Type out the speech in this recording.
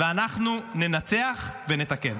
ואנחנו ננצח ונתקן.